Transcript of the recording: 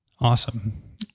Awesome